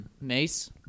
Mace